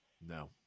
No